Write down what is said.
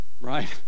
Right